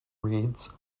reads